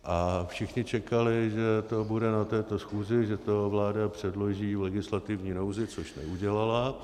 A všichni čekali, že to bude na této schůzi, že to vláda předloží v legislativní nouzi, což neudělala.